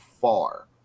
far